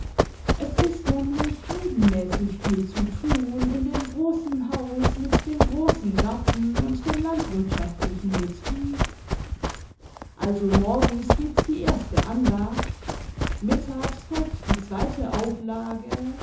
es ist nämlich heidenmäßig viel zu tim in dem großen haus mit dem großen garten imd dem landwirtschaftlichen betrieb also morgens gibt's die erste andacht mittags folgt die zweite auflage